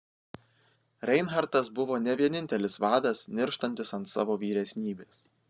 reinhartas buvo ne vienintelis vadas nirštantis ant savo vyresnybės